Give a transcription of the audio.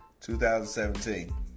2017